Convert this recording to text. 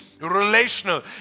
relational